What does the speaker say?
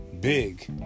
big